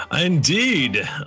Indeed